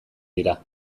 dira